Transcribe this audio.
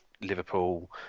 Liverpool